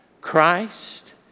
Christ